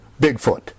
Bigfoot